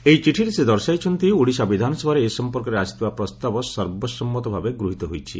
ଏହି ଚିଠିରେ ସେ ଦର୍ଶାଇଛନ୍ତି ଓଡ଼ିଶା ବିଧାନସଭାରେ ଏ ସମ୍ପର୍କରେ ଆସିଥିବା ପ୍ରସ୍ତାବ ସର୍ବସମ୍ମତ ଭାବେ ଗୃହୀତ ହୋଇଛି